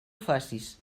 facis